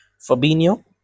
Fabinho